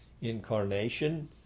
incarnation